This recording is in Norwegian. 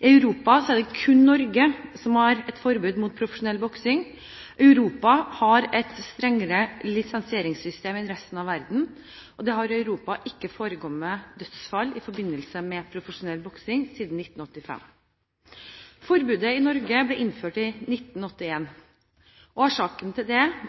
I Europa er det kun Norge som har et forbud mot profesjonell boksing. Europa har et strengere lisensieringssystem enn resten av verden, og det har i Europa ikke forekommet dødsfall i forbindelse med profesjonell boksing siden 1985. Forbudet i Norge ble altså innført i 1981. Årsaken